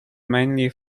mainly